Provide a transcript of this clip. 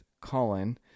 Colin